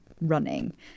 running